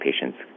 patients